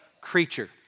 creature